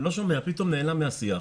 לא שומע פתאום נעלם מהשיח.